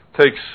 takes